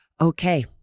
Okay